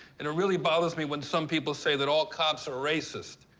and it really bothers me when some people say that all cops are racist.